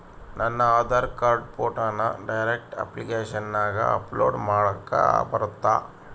ನನ್ನ ಆಧಾರ್ ಕಾರ್ಡ್ ಫೋಟೋನ ಡೈರೆಕ್ಟ್ ಅಪ್ಲಿಕೇಶನಗ ಅಪ್ಲೋಡ್ ಮಾಡಾಕ ಬರುತ್ತಾ?